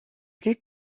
plus